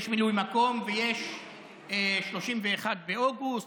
יש מילוי מקום ויש 31 באוגוסט,